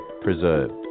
preserved